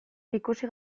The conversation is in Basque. ikusi